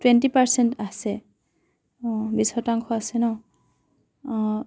twenty percent আছে অঁ বিছ শতাংশ আছে ন অঁ